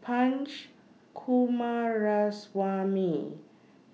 Punch Coomaraswamy